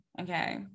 okay